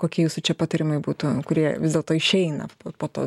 kokie jūsų čia patarimai būtų kurie vis dėlto išeina po to